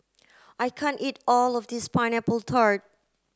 I can't eat all of this pineapple tart